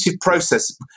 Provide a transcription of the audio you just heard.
process